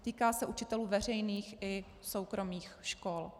Týká se učitelů veřejných i soukromých škol.